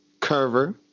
Curver